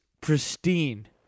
pristine